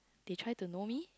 they try to know me